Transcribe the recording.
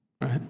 Right